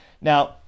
Now